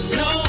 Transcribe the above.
no